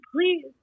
please